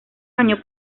año